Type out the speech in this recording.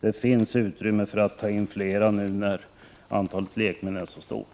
Det finns utrymme för att ta in flera ledamöter nu när antalet lekmän är så stort.